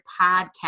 podcast